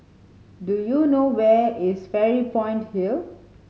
do you know where is Fairy Point Hill